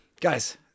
guys